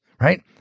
right